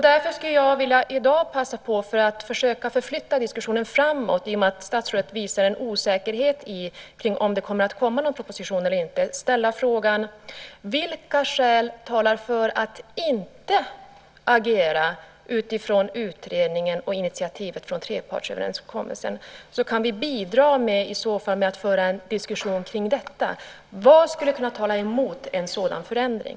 Eftersom statsrådet visar osäkerhet när det gäller om det kommer en proposition eller inte vill jag försöka flytta diskussionen framåt och ställa frågan: Vilka skäl talar för att inte agera utifrån utredningen och initiativet från trepartsöverenskommelsen? Vi kan bidra med att föra en diskussion kring det. Vad skulle kunna tala emot en sådan förändring?